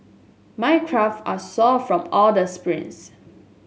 my calve are sore from all the sprints